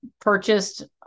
purchased